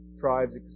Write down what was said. tribes